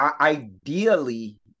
Ideally